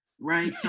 right